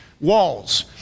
walls